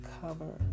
cover